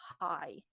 high